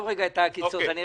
פוליטי,